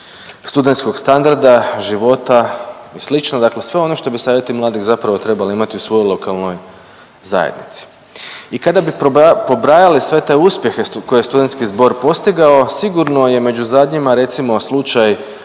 studentskog standarda, života i slično, dakle sve ono što bi savjeti mladih zapravo trebali imati u svojoj lokalnoj zajednici. I kada bi pobrajali sve te uspjehe koje je studentski zbor postigao sigurno je među zadnjima recimo slučaj